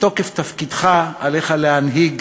מתוקף תפקידך עליך להנהיג